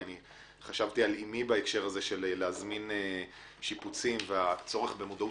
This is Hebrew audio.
חשבתי על אמי בהקשר של להזמין שיפוצים ובצורך למודעות